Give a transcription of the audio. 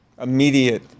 immediate